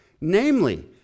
Namely